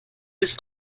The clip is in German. bis